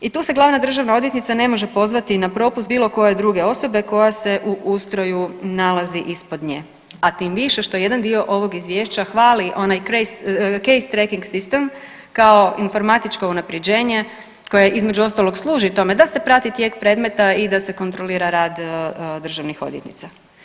I tu se glavna državna odvjetnica ne može pozvati na propust bilo koje druge osobe koja se u ustroju nalazi ispod nje, a tim više što jedan dio ovog izvješća hvali onaj keys tracking sistem kao informatičko unapređenje koje između ostalog služi tome da se prati tijek predmeta i da se kontrolira rad državnih odvjetnica.